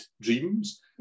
dreams